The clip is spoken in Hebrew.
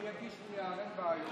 אני אגיש נייר, אין בעיה.